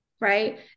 Right